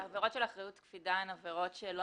עבירות של אחריות קפידה הן עבירות שלא